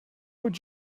would